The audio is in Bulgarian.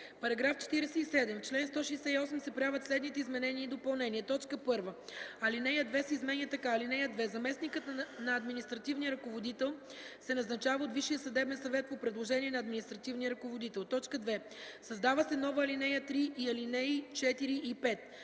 § 47: „§ 47. В чл. 168 се правят следните изменения и допълнения: 1. Алинея 2 се изменя така: „(2) Заместникът на административния ръководител се назначава от Висшия съдебен съвет по предложение на административния ръководител.” 2. Създава се нова ал. 3 и ал. 4 и 5: